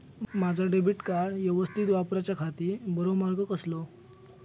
माजा debit card यवस्तीत वापराच्याखाती बरो मार्ग कसलो?